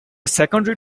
secondary